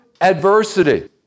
adversity